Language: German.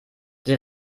die